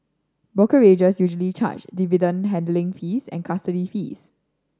brokerages usually charge dividend handling fees and custody fees